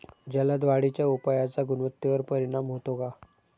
जलद वाढीच्या उपायाचा गुणवत्तेवर परिणाम होतो का?